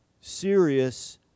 serious